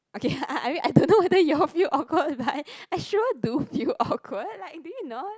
okay I I mean whether you all feel awkward but I sure do feel awkward like do you not